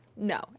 No